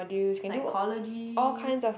psychology